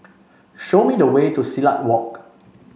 show me the way to Silat Walk